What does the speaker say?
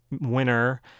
winner